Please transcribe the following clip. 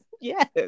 Yes